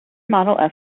model